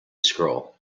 scroll